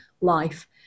life